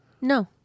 No